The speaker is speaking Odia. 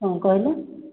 କ'ଣ କହିଲେ